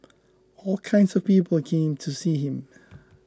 all kinds of people came to see him